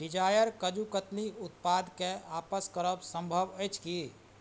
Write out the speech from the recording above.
Dzire kaju katli उत्पादके आपस करब सम्भव अछि कि